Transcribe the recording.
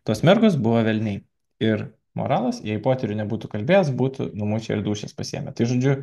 tos mergos buvo velniai ir moralas jei poterių nebūtų kalbėjęs būtų numušę ir dūšias pasiėmęs tai žodžiu